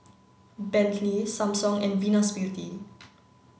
Bentley Samsung and Venus Beauty